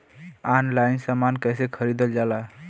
Online समान कैसे खरीदल जाला?